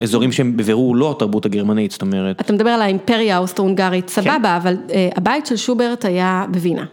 אזורים שהם בבירור לא התרבות הגרמנית זאת אומרת. אתה מדבר על האימפריה האוסטרו-הונגרית סבבה, אבל הבית של שוברט היה בווינה.